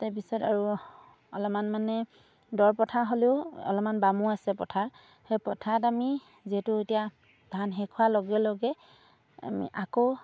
তাৰ পিছত আৰু অলপমান মানে দ পথাৰ হ'লেও অলপমান বামো আছে পথাৰ সেই পথাৰত আমি যিহেতু এতিয়া ধান শেষ হোৱাৰ লগে লগে আমি আকৌ